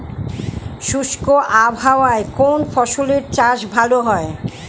শুষ্ক আবহাওয়ায় কোন ফসলের চাষ ভালো হয়?